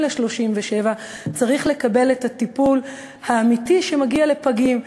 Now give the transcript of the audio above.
ל-37 צריך לקבל את הטיפול האמיתי שמגיע לפגים: